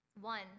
one